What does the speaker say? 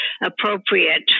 appropriate